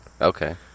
Okay